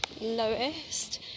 lowest